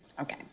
Okay